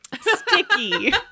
sticky